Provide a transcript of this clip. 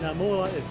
more like